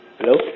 Hello